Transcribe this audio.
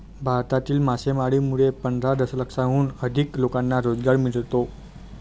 भारतातील मासेमारीमुळे पंधरा दशलक्षाहून अधिक लोकांना रोजगार मिळतो